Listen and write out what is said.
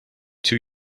two